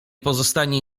pozostanie